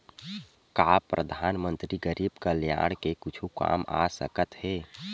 का परधानमंतरी गरीब कल्याण के कुछु काम आ सकत हे